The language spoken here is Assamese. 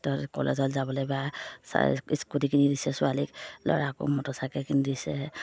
কলেজত যাবলৈ বা চা স্কুটি কিনি দিছে ছোৱালীক ল'ৰাকো মটৰচাইকেল কিনি দিছে